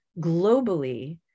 globally